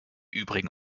übrigen